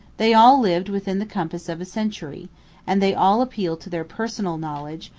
they all lived within the compass of a century and they all appeal to their personal knowledge,